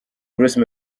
bruce